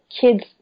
kids